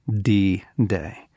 D-Day